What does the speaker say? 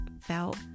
felt